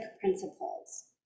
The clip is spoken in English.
principles